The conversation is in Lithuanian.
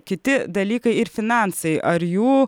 kiti dalykai ir finansai ar jų